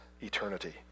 eternity